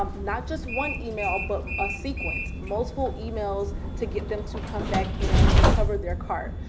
um not just one email, but a sequence, multiple emails to get them to come back and recover their cart.